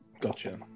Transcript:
Gotcha